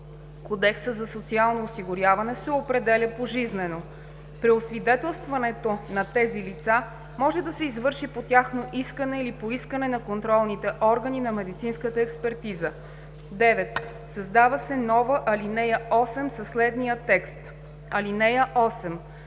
Кодекса за социално осигуряване, се определя пожизнено. Преосвидетелстването на тези лица може да се извърши по тяхно искане или по искане на контролните органи на медицинската експертиза.“ 9. създава се нова ал. 8 със следния текст: „(8)